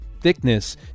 thickness